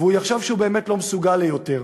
והוא יחשוב שהוא באמת לא מסוגל ליותר.